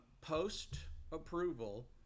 post-approval